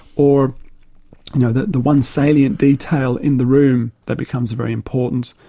or you know the the one salient detail in the room that becomes very important.